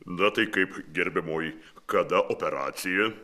na tai kaip gerbiamoji kada operacija